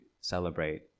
celebrate